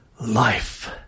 Life